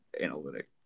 analytic